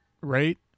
Right